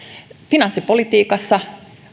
finanssipolitiikassa